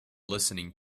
listening